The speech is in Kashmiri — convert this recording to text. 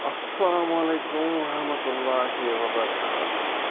اَلسلامُ علیکُم ورحمتُہ اللہِ وَبَرکاتُہٗ